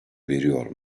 veriyor